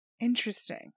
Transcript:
interesting